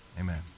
Amen